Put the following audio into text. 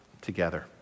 together